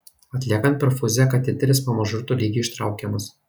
atliekant perfuziją kateteris pamažu ir tolygiai ištraukiamas